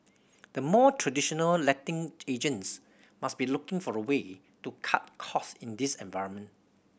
the more traditional letting agents must be looking for a way to cut cost in this environment